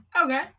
Okay